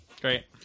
Great